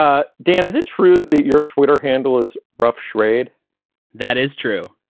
ah dan, is it true that your twitter handle is rough? schrade that is true.